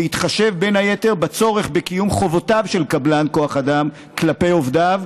בהתחשב בין היתר בצורך בקיום חובותיו של קבלן כוח אדם כלפי עובדיו,